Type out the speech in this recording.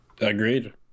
Agreed